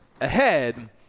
ahead